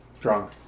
drunk